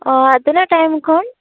ᱚ ᱛᱤᱱᱟ ᱜ ᱴᱟᱭᱤᱢ ᱠᱷᱚᱱ